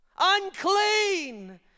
Unclean